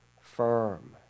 firm